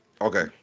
Okay